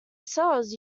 cells